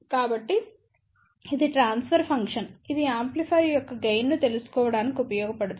కాబట్టి ఇది transfer function ఇది యాంప్లిఫైయర్ యొక్క గెయిన్ ను తెలుసుకోవడానికి ఉపయోగపడుతుంది